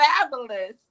Fabulous